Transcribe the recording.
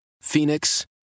Phoenix